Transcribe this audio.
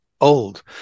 old